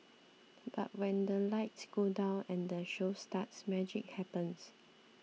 but when the lights go down and the show starts magic happens